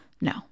No